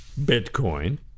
Bitcoin